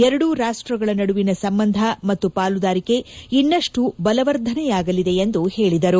ಎರಡೂ ರಾಷ್ಟ್ಗಳ ನಡುವಿನ ಸಂಬಂಧ ಮತ್ತು ಪಾಲುದಾರಿಕೆ ಇನ್ತಷ್ಟು ಬಲವರ್ಧನೆಯಾಗಲಿದೆ ಎಂದು ಹೇಳಿದರು